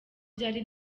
byari